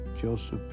Joseph